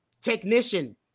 technician